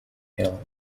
hill